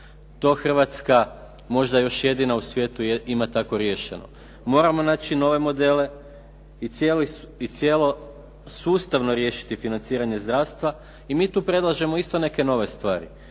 To Hrvatska možda još jedina u svijetu ima tako riješeno. Moramo naći nove modele i sustavno riješiti financiranje zdravstva i mi tu predlažemo isto neke nove stvari.